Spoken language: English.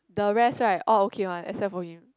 the rest right all okay one except for him